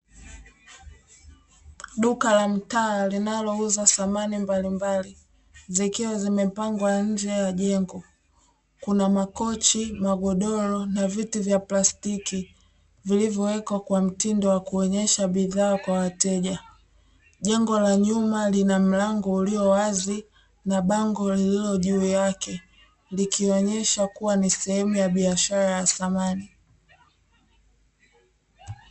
Duka la mtaa linalouza thamani mbalimbali zikiwa zimepangwa nje ya jengo, kuna: makochi, magodoro na viti vya plastiki vilivyowekwa kwa mtindo wa kuonyesha bidhaa kwa wateja. Jengo la nyuma lina mlango ulio wazi na bango lililo juu yake likionyeshwa kuwa ni sehemu ya biashara ya thamani.